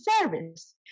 service